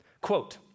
Quote